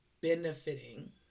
benefiting